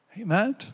Amen